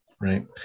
right